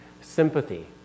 sympathy